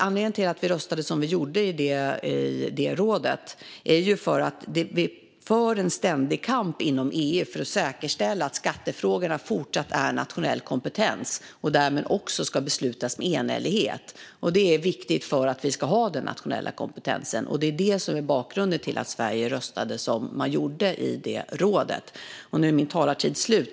Anledningen till att vi röstade som vi gjorde i rådet är att vi för en ständig kamp inom EU för att säkerställa att skattefrågorna fortsatt är en nationell kompetens och därmed också ska beslutas med enhällighet. Det är viktigt för att vi ska ha den nationella kompetensen, och det är det som är bakgrunden till att Sverige röstade som man gjorde vid det mötet i rådet. Nu är min talartid slut.